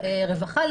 רווחה,